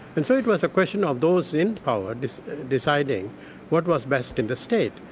and so it was a question of those in power deciding what was best in the state,